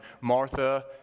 Martha